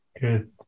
Good